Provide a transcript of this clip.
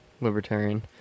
libertarian